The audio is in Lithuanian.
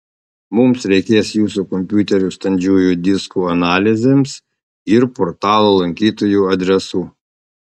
mums reikės jūsų kompiuterių standžiųjų diskų analizėms ir portalo lankytojų adresų